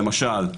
למשל,